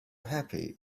happy